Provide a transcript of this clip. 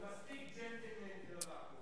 הוא מספיק ג'נטלמן כדי,